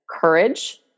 courage